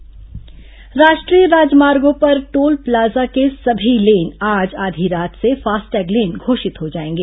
toll plaza FASTag राष्ट्रीय राजमार्गों पर टोल प्लाजा के सभी लेन आज आधी रात से फास्टैग लेन घोषित हो जायेंगे